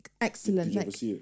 excellent